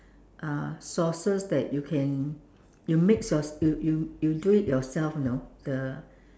uh sauces that you can mix you you you do it yourself you know the